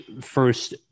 first